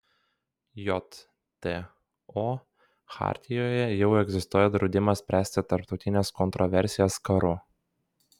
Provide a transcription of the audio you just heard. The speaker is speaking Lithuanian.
jto chartijoje jau egzistuoja draudimas spręsti tarptautines kontroversijas karu